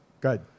Good